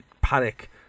panic